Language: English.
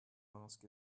mask